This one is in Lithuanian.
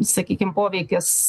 sakykime poveikis